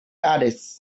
others